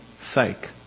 sake